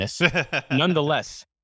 Nonetheless